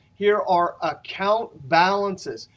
here are account balances.